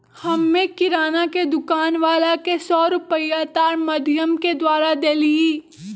हम्मे किराना के दुकान वाला के सौ रुपईया तार माधियम के द्वारा देलीयी